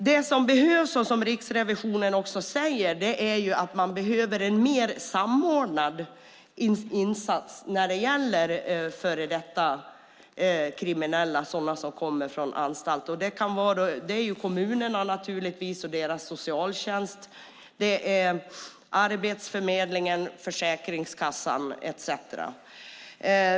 Det som behövs, vilket också Riksrevisionen säger, är en mer samordnad insats för före detta kriminella som kommer från anstalt. Det gäller kommunerna och deras socialtjänst. Det gäller Arbetsförmedlingen, Försäkringskassan etcetera.